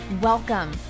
welcome